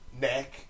neck